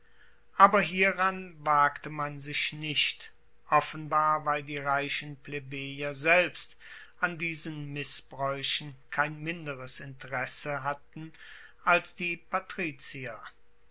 aber hieran wagte man sich nicht offenbar weil die reichen plebejer selbst an diesen missbraeuchen kein minderes interesse hatten als die patrizier